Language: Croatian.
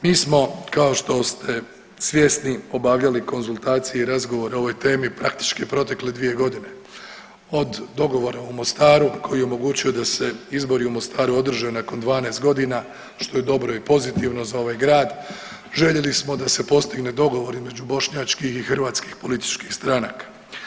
Mi smo kao što ste svjesni obavljali konzultacije i razgovore o ovoj temi praktički protekle dvije godine, od dogovora u Mostaru koji je omogućio da se izbori u Mostaru održe nakon 12 godina što je dobro i pozitivno za ovaj grad, željeli smo da se postigne dogovor između bošnjačkih i hrvatskih političkih stranaka.